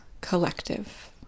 collective